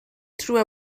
through